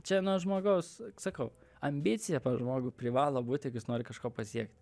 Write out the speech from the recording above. čia nuo žmogaus sakau ambiciją pas žmogų privalo būti jeigu jis nori kažko pasiekt